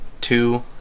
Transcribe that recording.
two